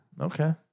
Okay